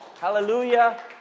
hallelujah